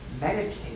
meditate